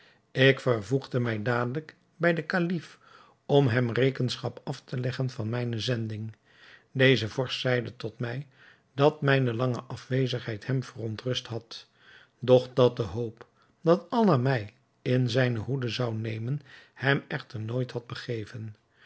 ik vervoegde mij dadelijk bij den kalif om hem rekenschap af te leggen van mijne zending deze vorst zeide tot mij dat mijne lange afwezigheid hem verontrust had doch dat de hoop dat allah mij in zijne hoede zou nemen hem echter nooit had begeven